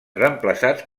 reemplaçats